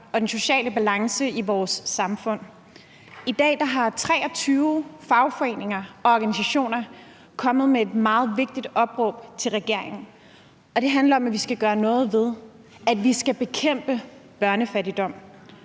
og den sociale balance i vores samfund. I dag er 23 fagforeninger og organisationer kommet med et meget vigtigt opråb til regeringen, og det handler om, at vi skal gøre noget for at bekæmpe børnefattigdom.